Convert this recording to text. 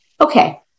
Okay